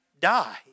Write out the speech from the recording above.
die